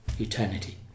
eternity